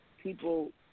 people